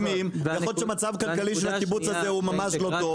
לומר שרמת המחירים עלולה להביא למצב שהמגדלים יוצאים מהשוק.